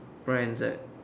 right hand side